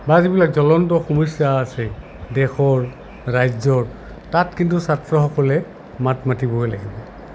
বা যিবিলাক জ্বলন্ত সমস্যা আছে দেশৰ ৰাজ্যৰ তাত কিন্তু ছাত্ৰসকলে মাত মাতিবই লাগিব